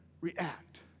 react